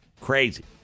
Crazy